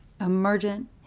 emergent